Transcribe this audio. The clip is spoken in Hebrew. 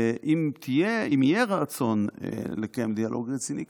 אם יהיה רצון לקיים דיאלוג רציני כזה,